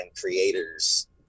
creators